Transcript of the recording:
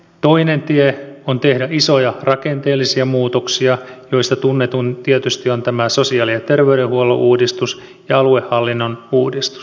toinen tie on tehdä isoja rakenteellisia muutoksia joista tunnetuimmat tietysti ovat tämä sosiaali ja terveydenhuollon uudistus ja aluehallinnon uudistus